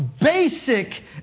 basic